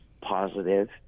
positive